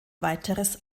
weiteres